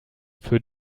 für